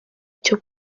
cyo